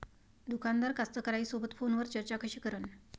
दुकानदार कास्तकाराइसोबत फोनवर चर्चा कशी करन?